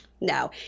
No